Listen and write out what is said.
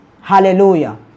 hallelujah